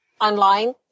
online